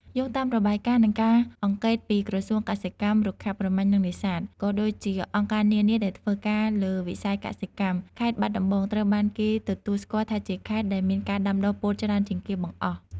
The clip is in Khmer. យោងតាមរបាយការណ៍ និងការអង្កេតពីក្រសួងកសិកម្ម រុក្ខាប្រមាញ់ និងនេសាទ ក៏ដូចជាអង្គការនានាដែលធ្វើការលើវិស័យកសិកម្ម ខេត្តបាត់ដំបង ត្រូវបានគេទទួលស្គាល់ថាជាខេត្តដែលមានការដាំដុះពោតច្រើនជាងគេបង្អស់។